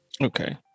Okay